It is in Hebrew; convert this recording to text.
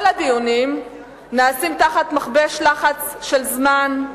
כל הדיונים נעשים תחת לחץ מכבש של זמן,